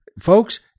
folks